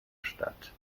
stadt